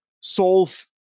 solve